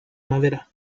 madera